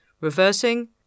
reversing